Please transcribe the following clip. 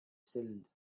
cylinder